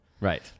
Right